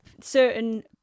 certain